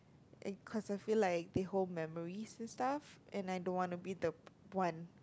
and cause I feel like the whole memories and stuff and I don't want to be the one